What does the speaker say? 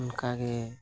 ᱚᱱᱠᱟᱜᱮ